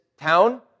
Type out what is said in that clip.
town